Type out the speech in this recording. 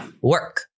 work